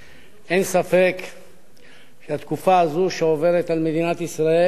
שהתקופה הזאת שעוברת על מדינת ישראל זו אחת התקופות